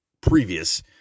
previous